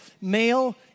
male